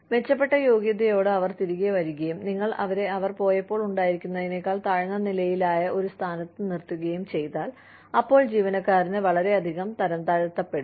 മെച്ചപ്പെട്ട യോഗ്യതയോടെ അവർ തിരികെ വരുകയും നിങ്ങൾ അവരെ അവർ പോയപ്പോൾ ഉണ്ടായിരുന്നതിനേക്കാൾ താഴ്ന്ന നിലയിലായ ഒരു സ്ഥാനത്ത് നിർത്തുകയും ചെയ്താൽ അപ്പോൾ ജീവനക്കാരൻ വളരെയധികം തരംതാഴ്ത്തപ്പെടും